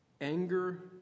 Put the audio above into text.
anger